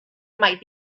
might